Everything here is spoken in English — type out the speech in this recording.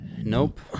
nope